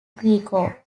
greco